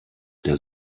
der